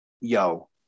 yo